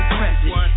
present